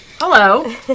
Hello